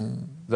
נכון.